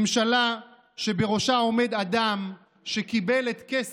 ממשלה שבראשה עומד אדם שקיבל את כס